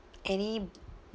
any